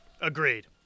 Agreed